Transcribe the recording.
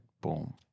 boom